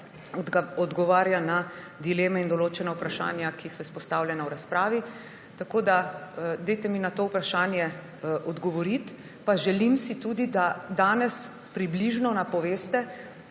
na dileme in določena vprašanja, ki smo izpostavljena v razpravi. Tako mi dajte na to vprašanje odgovoriti. Želim si tudi, da danes približno napoveste,